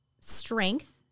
strength